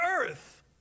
earth